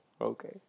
Okay